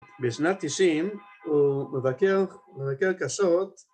בשנת תשעים הוא מבקר קשות